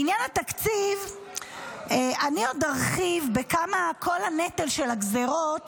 לעניין התקציב אני עוד ארחיב בכמה כל נטל הגזרות